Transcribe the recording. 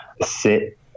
sit